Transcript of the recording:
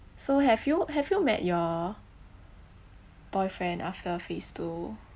so have you have you met your boyfriend after phase two